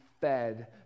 fed